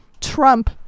Trump